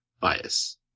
bias